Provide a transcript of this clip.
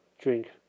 drink